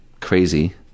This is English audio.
crazy